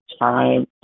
time